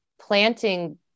planting